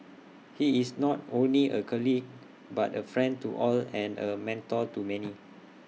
he is not only A colleague but A friend to all and A mentor to many